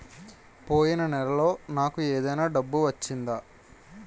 పోయిన నెలలో నాకు ఏదైనా డబ్బు వచ్చిందా?